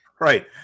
right